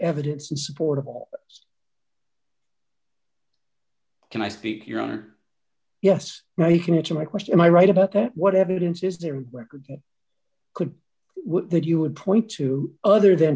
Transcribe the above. evidence in support of all can i speak your honor yes now you can add to my question my right about that what evidence is there record could that you would point to other than